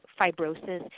fibrosis